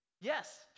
Yes